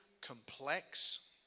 complex